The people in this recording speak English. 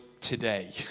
today